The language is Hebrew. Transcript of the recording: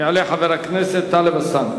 יעלה חבר הכנסת טלב אלסאנע,